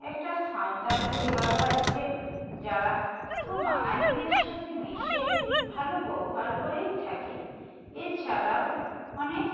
একটা সাঁওতাল পরিবারও আছে যারা খুব বাঙালিদের সাথে মেশে ভালো ব্যবহার করেই থাকে এছাড়াও অনেক